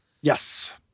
Yes